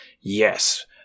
yes